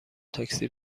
تاکسی